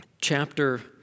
Chapter